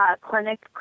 clinic